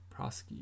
Prosky